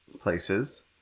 places